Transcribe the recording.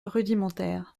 rudimentaires